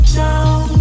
down